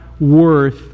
worth